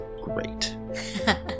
great